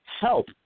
help